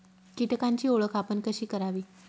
कीटकांची ओळख आपण कशी करावी?